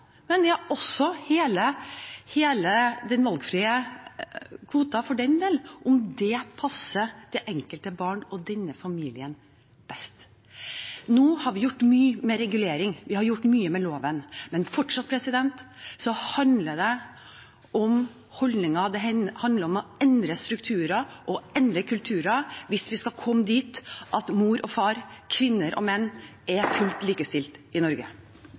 men også hele den valgfrie kvoten, for den del, om det passer det enkelte barn og denne familien best. Nå har vi gjort mye med regulering. Vi har gjort mye med loven, men fortsatt handler det om holdninger. Det handler om å endre strukturer og å endre kulturer hvis vi skal komme dit at mor og far, kvinner og menn er fullt ut likestilt i Norge.